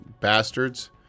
bastards